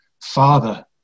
Father